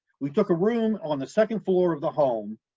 we took a room on the second floor of the home,